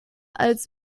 als